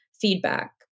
feedback